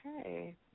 Okay